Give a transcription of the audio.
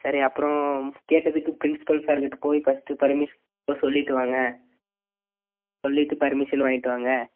சரி அப்புறம் கேட்டதுக்கு பிரின்ஸிபல் சாரு கிட்டே போய் ஃபர்ஸ்ட்டு ஃபெர்மிஷன் சொல்லிவிட்டு வாங்க சொல்லிட்டு ஃபெர்மிஷன் வாங்கிவிட்டு வாங்க